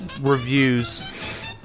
reviews